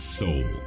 soul